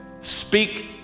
speak